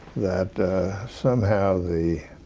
that somehow the